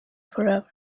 forever